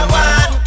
one